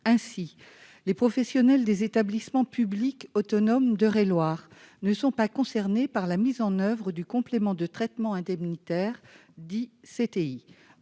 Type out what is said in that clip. Ainsi, les professionnels des établissements publics autonomes d'Eure-et-Loir ne sont pas concernés par la mise en oeuvre du complément de traitement indiciaire (CTI).